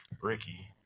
Ricky